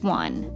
one